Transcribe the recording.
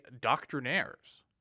doctrinaires